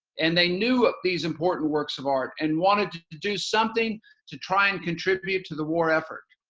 and they knew of these important works of art and wanted to do something to try and contribute to the war effort.